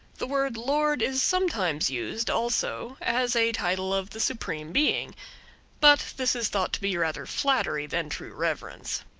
the word lord is sometimes used, also, as a title of the supreme being but this is thought to be rather flattery than true reverence.